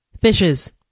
Fishes